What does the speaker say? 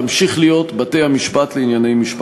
תמשיך להיות בתי-המשפט לענייני משפחה.